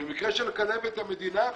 במקרה של כלבת המדינה אחראית.